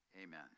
amen